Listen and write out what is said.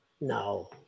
No